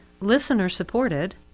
listener-supported